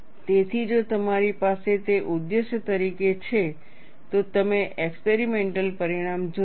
તેથી જો તમારી પાસે તે ઉદ્દેશ્ય તરીકે છે તો તમે એક્સપેરિમેન્ટલ પરિણામ જોશો